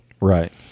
right